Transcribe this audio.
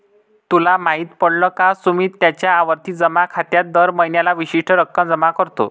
तुला माहित पडल का? सुमित त्याच्या आवर्ती जमा खात्यात दर महीन्याला विशिष्ट रक्कम जमा करतो